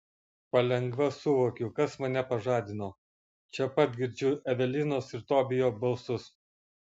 palengva suvokiu kas mane pažadino čia pat girdžiu evelinos ir tobijo balsus